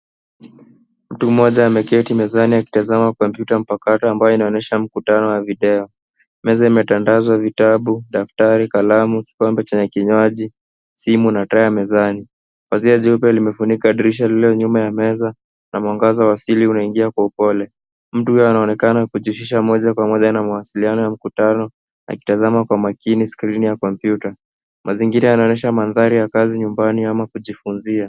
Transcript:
Mtu mmoja ameketi mezani akitazama kompyuta mpakato ambayo inaonyesha mkutano ya video. Meza imetandazwa vitabu, daftari, kalamu, kikombe chenye kinywaji, simu na taa mezani. Pazia jeupe limefunika dirisha lilo nyuma ya meza na mwangaza wa asili unaingia kwa upole. Mtu huyo anaonekana kujihusisha moja kwa moja na mawasiliano ya mkutano, akitazama kwa makini skrini ya kompyuta. Mazingira yanaonyesha mandhari ya kazi nyumbani ama kujifunzia.